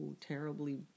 terribly